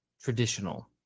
traditional